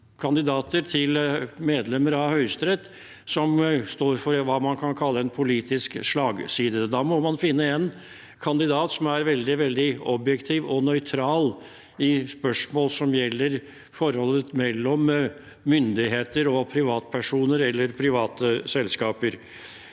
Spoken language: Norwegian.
kandidater til medlemmer av Høyesterett som står for hva man kan kalle en politisk slagside. Da må man finne en kandidat som er veldig, veldig objektiv og nøytral i spørsmål som gjelder forhold mellom myndigheter og privatpersoner eller private selskaper.